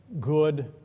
good